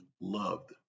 loved